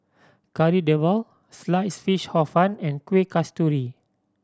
Kari Debal Sliced Fish Hor Fun and Kueh Kasturi